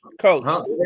coach